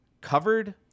covered